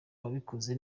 ababikoze